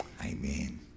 Amen